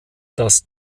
das